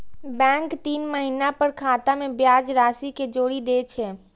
bank तीन महीना पर खाता मे ब्याज राशि कें जोड़ि दै छै